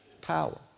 power